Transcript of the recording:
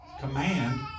command